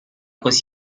così